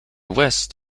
west